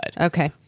Okay